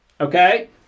Okay